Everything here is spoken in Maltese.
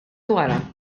wara